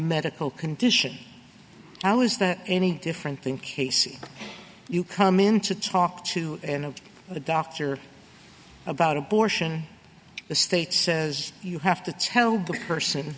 medical condition how is that any different than casey you come in to talk to a doctor about abortion the state says you have to tell but her son